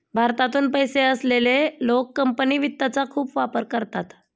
भारतातून पैसे असलेले लोक कंपनी वित्तचा खूप वापर करतात